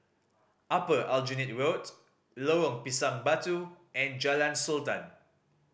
Upper Aljunied Road Lorong Pisang Batu and Jalan Sultan